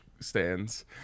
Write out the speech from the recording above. stands